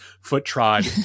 foot-trod